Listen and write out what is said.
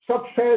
Success